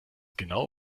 genau